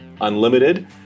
Unlimited